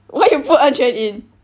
why you put en quan in